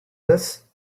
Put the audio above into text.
this